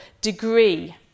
degree